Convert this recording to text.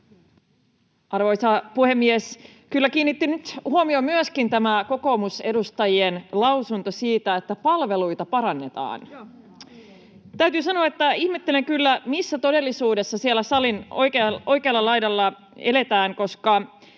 Arvoisa puhemies! Kyllä kiinnitti nyt huomiota myöskin tämä kokoomusedustajien lausunto siitä, että palveluita parannetaan. Täytyy sanoa, että ihmettelen kyllä, missä todellisuudessa siellä salin oikealle oikealla laidalla eletään, koska